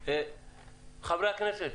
חברי הכנסת,